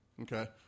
Okay